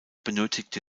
benötigte